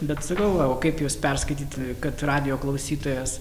bet sakau o kaip jūs perskaityt kad radijo klausytojas